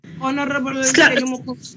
Honorable